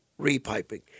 repiping